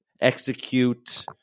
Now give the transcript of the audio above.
execute